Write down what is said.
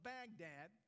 Baghdad